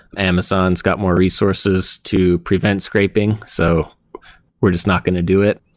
amazon's got more resources to prevent scraping. so we're just not going to do it.